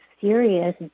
serious